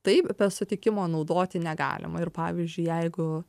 taip be sutikimo naudoti negalima ir pavyzdžiui jeigu